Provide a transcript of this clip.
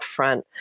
upfront